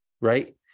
right